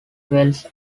wells